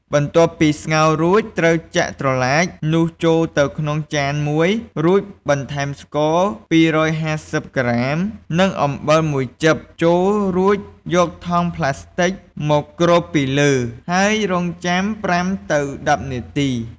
បន្ទាប់ពីស្ងោររួច ត្រូវចាក់ត្រឡាចនោះចូលទៅក្នុងចានមួយ រួចបន្ថែមស្ករ ២៥០ ក្រាម និងអំបិលមួយចឹបចូល រួចយកថង់ប្លាស្ទិចមកគ្របពីលើ ហើយរង់ចាំ ៥ ទៅ ១០ នាទី។